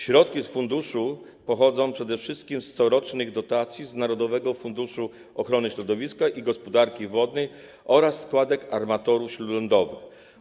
Środki funduszu pochodzą przede wszystkim z corocznych dotacji z Narodowego Funduszu Ochrony Środowiska i Gospodarki Wodnej oraz składek armatorów śródlądowych.